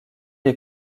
les